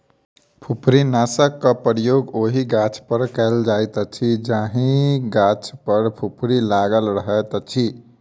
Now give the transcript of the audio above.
फुफरीनाशकक प्रयोग ओहि गाछपर कयल जाइत अछि जाहि गाछ पर फुफरी लागल रहैत अछि